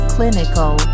Clinical